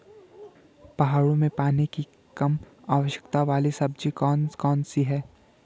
पहाड़ों में पानी की कम आवश्यकता वाली सब्जी कौन कौन सी हैं?